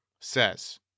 says